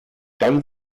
dann